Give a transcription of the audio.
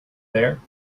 there